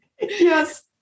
Yes